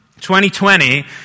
2020